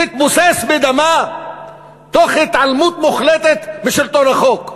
תתבוסס בדמה תוך התעלמות מוחלטת משלטון החוק.